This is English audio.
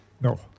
No